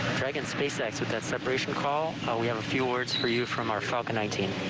like and space x with that separation call we have a few words for you from our falcon nineteen.